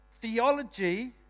theology